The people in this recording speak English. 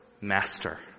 master